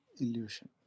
illusion